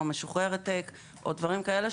כמו 'משוחררת טק' או דברים כאלה.